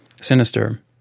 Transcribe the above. sinister